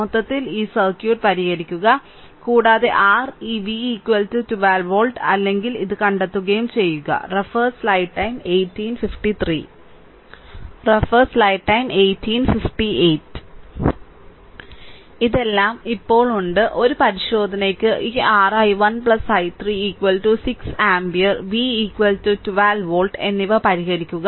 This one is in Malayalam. മൊത്തത്തിൽ ഈ സർക്യൂട്ട് പരിഹരിക്കുക കൂടാതെ r ഈ v 12 വോൾട്ട് അല്ലെങ്കിൽ ഇത് കണ്ടെത്തുകയും ചെയ്യുക ഇതെല്ലാം ഇപ്പോൾ ഉണ്ട് ഒരു പരിശോധനയ്ക്ക് ഈ r i1 i3 6 ampere v 12 volt എന്നിവ പരിഹരിക്കുക